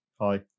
Hi